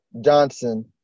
Johnson